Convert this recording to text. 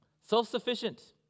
self-sufficient